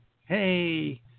Hey